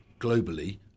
globally